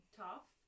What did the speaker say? tough